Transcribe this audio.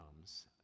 comes